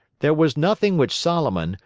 there was nothing which solomon,